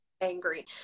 angry